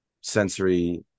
sensory